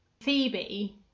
Phoebe